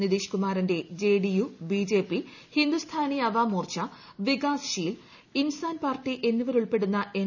നിതീഷ് കുമാറിന്റെ JDU BJP Hindustani Awam Morcha Vikas Sheel Insaan party എന്നിവരുൾപ്പെടുന്ന N